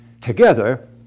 Together